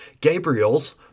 Gabriel's